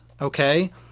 okay